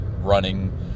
running